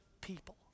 people